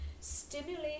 stimulate